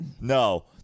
No